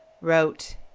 wrote